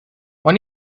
when